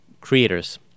creators